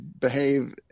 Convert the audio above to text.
behave